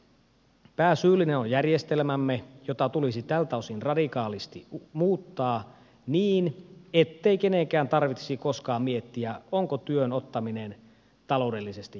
pääsyyllinen on järjestelmämme jota tulisi tältä osin radikaalisti muuttaa niin ettei kenenkään tarvitsisi koskaan miettiä onko työn ottaminen taloudellisesti järkevää